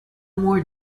more